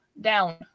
down